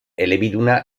elebiduna